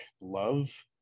love